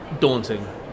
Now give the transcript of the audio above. daunting